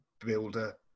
builder